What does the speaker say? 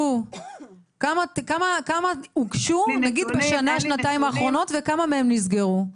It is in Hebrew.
כמה הוגשו נגיד בשנה שנתיים האחרונות וכמה מהם נסגרו?